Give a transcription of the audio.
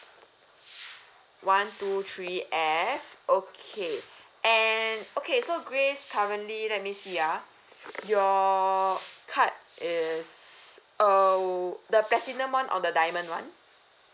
one two three F okay and okay so grace currently let me see ah your card is oh the platinum one or the diamond one